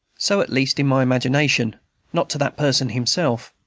so at least in my imagination not to that person himself.